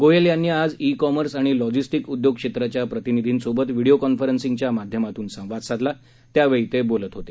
गोयल यांनी आज e commerce आणि लॉजिस्टिक उद्योगक्षेत्राच्या प्रतिनिधींसोबत व्हिडिओ कॉन्फरसिंगच्या माध्यमातून संवाद साधला त्यावेळी ते बोलत होते